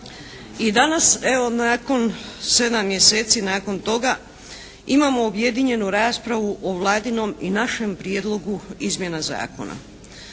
I danas evo nakon 7 mjeseci nakon toga, imamo objedinjenu raspravu o Vladinom i našem prijedlogu izmjena zakona.